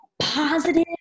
positive